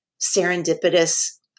serendipitous